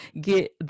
get